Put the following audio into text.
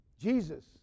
Jesus